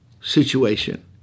situation